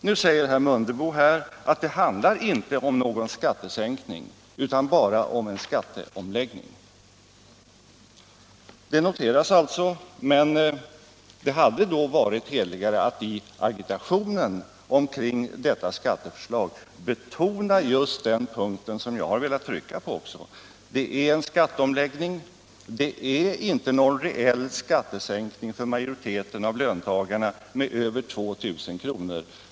Nu säger herr Mundebo här att det inte handlar om någon skattesänkning utan bara om en skatteomläggning. Det noteras alltså, men det hade då varit hederligare att i agitationen kring detta skatteförslag betona just den punkt som jag har velat trycka på: Det är en skatteomläggning, det är inte någon reell skattesänkning för majoriteten av löntagarna med över 2 000 kr.